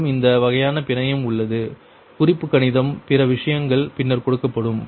உங்களிடம் இந்த வகையான பிணையம் உள்ளது குறிப்பு கணிதம் பிற விஷயங்கள் பின்னர் கொடுக்கப்படும்